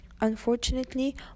Unfortunately